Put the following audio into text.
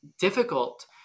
difficult